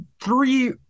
three